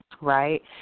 Right